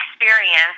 experience